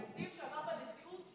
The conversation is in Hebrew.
תקדים שעבר בנשיאות?